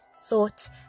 thoughts